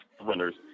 runners